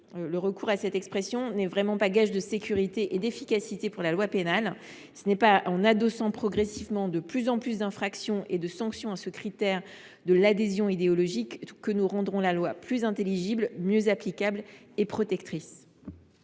Le recours à cette formulation n’est vraiment pas gage de sécurité et d’efficacité pour la loi pénale. Ce n’est pas en adossant progressivement de plus en plus d’infractions et de sanctions au critère de l’adhésion idéologique que nous rendrons la loi plus intelligible, mieux applicable et protectrice.